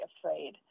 afraid